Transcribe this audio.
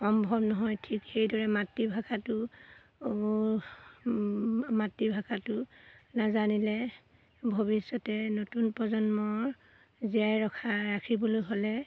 সম্ভৱ নহয় ঠিক সেইদৰে মাতৃভাষাটো মাতৃভাষাটো নাজানিলে ভৱিষ্যতে নতুন প্ৰজন্মৰ জীয়াই ৰখা ৰাখিবলৈ হ'লে